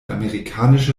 amerikanische